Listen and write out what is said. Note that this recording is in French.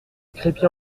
crépy